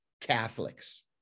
Catholics